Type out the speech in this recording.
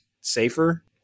safer